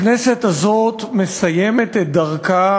הכנסת הזאת מסיימת את דרכה